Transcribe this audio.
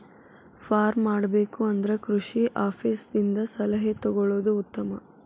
farm ಮಾಡಬೇಕು ಅಂದ್ರ ಕೃಷಿ ಆಪೇಸ್ ದಿಂದ ಸಲಹೆ ತೊಗೊಳುದು ಉತ್ತಮ